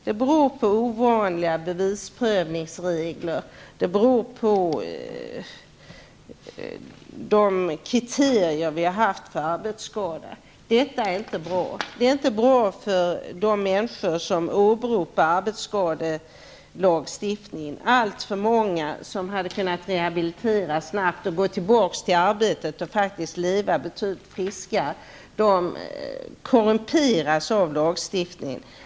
Det beror på ovanliga bevisprövningsregler. Det beror på de kriterier som har funnits för arbetsskada. Detta är inte bra för de människor som åberopar arbetsskadelagstiftningen. Det är alltför många som faktiskt hade kunnat rehabiliteras snabbt och som hade kunnat gå tillbaka till sina arbeten och leva ett betydligt friskare liv. Men här korrumperar lagstiftningen.